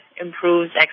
improves